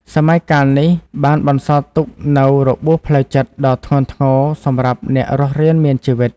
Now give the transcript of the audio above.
សម័យកាលនេះបានបន្សល់ទុកនូវរបួសផ្លូវចិត្ត ដ៏ធ្ងន់ធ្ងរសម្រាប់អ្នករស់រានមានជីវិត។